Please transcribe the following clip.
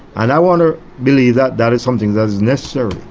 and i want to believe that that is something that is necessary.